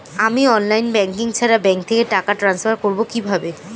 আমি online banking ছাড়া bank থেকে টাকা ট্রান্সফার করবো কিভাবে?